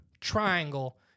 triangle